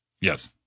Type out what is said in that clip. Yes